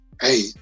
hey